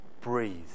breathe